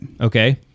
Okay